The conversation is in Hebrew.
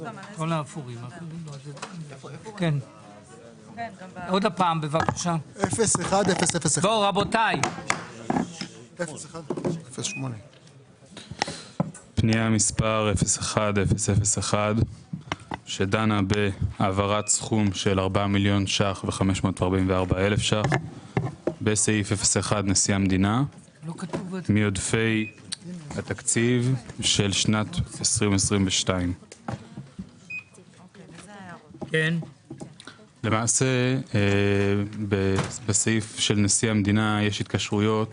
מעודפי התקציב של שנת 2022. למעשה בסעיף של נשיא המדינה יש התקשרויות